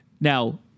Now